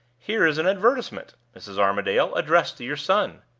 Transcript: here is an advertisement, mrs. armadale, addressed to your son.